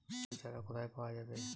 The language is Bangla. টমেটো চারা কোথায় পাওয়া যাবে?